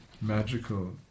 magical